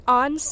on